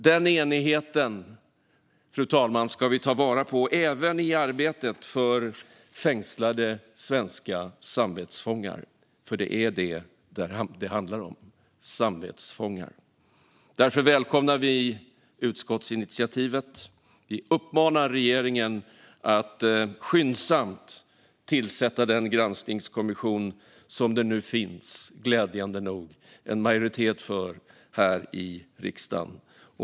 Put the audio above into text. Den enigheten ska vi ta vara på, fru talman, även i arbetet för fängslade svenska samvetsfångar. För detta är vad det handlar om: samvetsfångar. Därför välkomnar vi utskottsinitiativet. Vi uppmanar regeringen att skyndsamt tillsätta den granskningskommission som det nu, glädjande nog, finns en majoritet för här i riksdagen.